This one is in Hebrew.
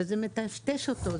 וזה מטשטש אותו,